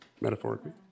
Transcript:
metaphorically